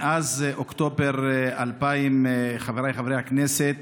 מאז אוקטובר 2000, חבריי חברי הכנסת,